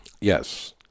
Yes